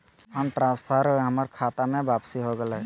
हमर fund transfer हमर खता में वापसी हो गेलय